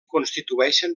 constitueixen